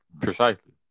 precisely